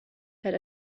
had